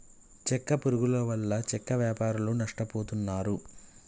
చెక్క పురుగుల వల్ల చెక్క వ్యాపారులు నష్టపోతున్నారు